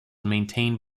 maintained